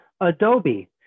Adobe